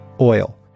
oil